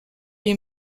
les